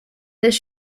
this